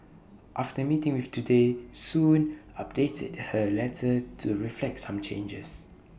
after meeting with Today Soon updated her letter to reflect some changes